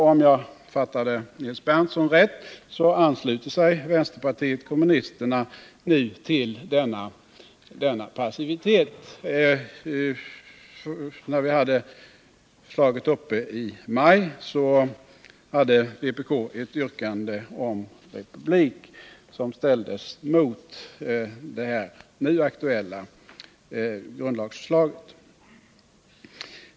Om jag fattade Nils Berndtson rätt, ansluter sig vänsterpartiet kommunisterna nu till denna passivitet. När vi hade förslaget uppe i maj hade vpk ett yrkande om republik, som ställdes mot det nu aktuella grundlagsförslaget.